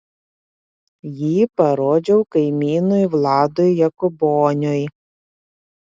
jį parodžiau kaimynui vladui jakuboniui